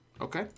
okay